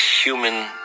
human